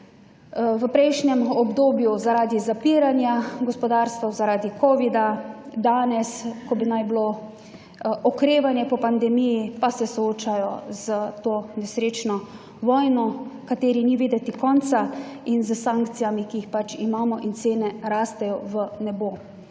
V prejšnjem obdobju zaradi zapiranja gospodarstev, zaradi kovida, danes ko bi naj bilo okrevanje po pandemiji pa se soočajo s to nesrečno vojno kateri ni videti konca in s sankcijami, ki jih pač imajo. In cene rastejo v nebo.